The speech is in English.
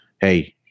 hey